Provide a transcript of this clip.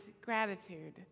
gratitude